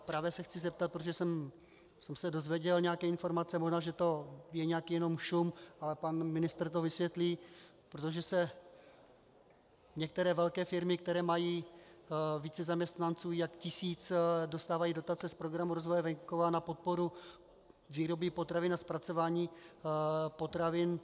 Právě se chci zeptat, protože jsem se dozvěděl nějaké informace, možná to je jenom nějaký šum, ale pan ministr to vysvětlí, protože některé velké firmy, které mají více zaměstnanců než tisíc, dostávají dotace z Programu rozvoje venkova na podporu výroby potravin a zpracování potravin.